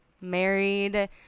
married